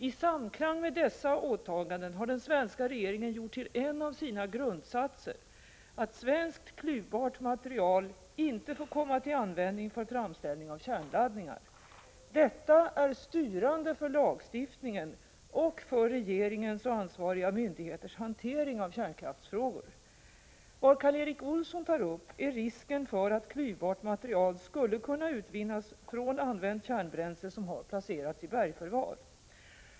I samklang med dessa åtaganden har svenska regeringen gjort till en av sina grundsatser att svenskt klyvbart material inte får komma till användning för framställning av kärnladdningar. Detta är styrande för lagstiftningen och för regeringens och ansvariga myndigheters hantering av kärnkraftsfrågor. Vad Karl Erik Olsson tar upp är risken för att klyvbart material skulle kunna utvinnas från använt kärnbränsle som har placerats i bergförvar.